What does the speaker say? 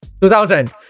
2000